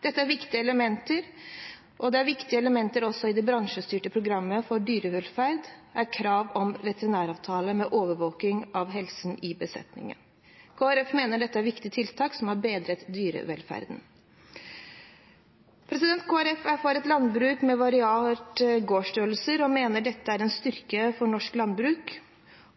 Dette er viktige elementer, og viktige elementer i det bransjestyrte programmet for dyrevelferd er krav om veterinæravtale for overvåking av helse i besetningen. Kristelig Folkeparti mener dette er viktige tiltak som har bedret dyrevelferden. Kristelig Folkeparti er for et landbruk med varierte gårdsstørrelser og mener dette er en styrke for norsk landbruk,